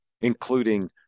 including